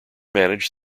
managed